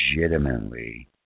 legitimately